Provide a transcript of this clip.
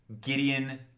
Gideon